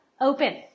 open